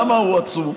למה הוא עצום?